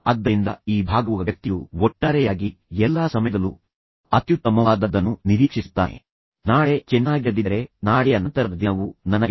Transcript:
ಆದ್ದರಿಂದ ಕಿಶೋರ್ ಗು ಸಹ ಈ ರೀತಿಯ ಪ್ರಶ್ನೆಗಳಿಗೆ ಆತನ ಅನುಪಸ್ಥಿತಿಯಲ್ಲಿ ಆಕೆ ಏನು ಮಾಡುತ್ತಿದ್ದಾಳೆಂದು ತಿಳಿದಿಲ್ಲದಿರಬಹುದು